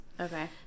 Okay